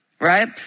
Right